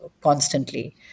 constantly